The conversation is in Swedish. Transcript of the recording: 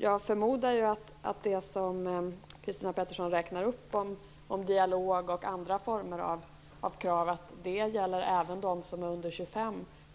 Jag förmodar att det som Christina Pettersson räknar upp beträffande dialog och andra former av krav även gäller dem som är under 25 år.